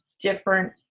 different